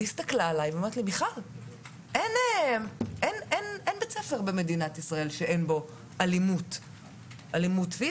היא אמרה לי שאין בית ספר במדינת ישראל שאין בו אלימות פיזית,